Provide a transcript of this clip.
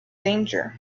danger